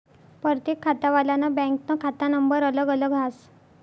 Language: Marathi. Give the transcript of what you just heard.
परतेक खातावालानं बँकनं खाता नंबर अलग अलग हास